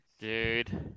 Dude